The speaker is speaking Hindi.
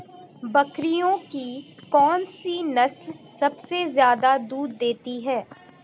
बकरियों की कौन सी नस्ल सबसे ज्यादा दूध देती है?